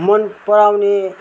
मन पराउने